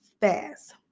fast